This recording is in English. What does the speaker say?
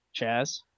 Chaz